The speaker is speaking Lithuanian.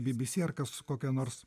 bbc ar kas kokia nors